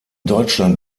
deutschland